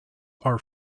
are